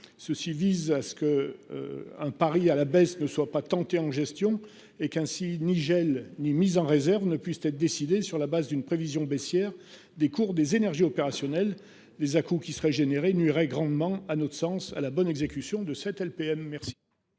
ceci vise à ce que. Un pari à la baisse ne soit pas tenté en gestion et qu'ainsi Nigel ni mise en réserve ne puissent être décidé sur la base d'une prévision baissière des cours des énergies opérationnel des à-coups qui seraient générés nuirait grandement à notre sens à la bonne exécution de cette LPM